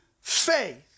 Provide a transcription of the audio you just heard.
faith